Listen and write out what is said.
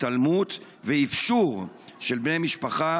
התעלמות ואפשור של בני משפחה,